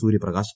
Suryaprakash